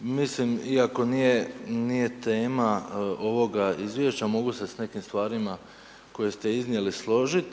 mislim iako nije, nije tema ovoga izvješća mogu se s nekim stvarima koje ste iznijeli složit,